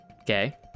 Okay